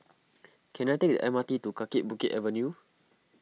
can I take the M R T to Kaki Bukit Avenue